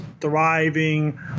thriving